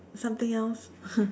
something else